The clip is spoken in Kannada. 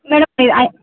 ಮೇಡಮ್ ಇದು ಐ